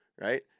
Right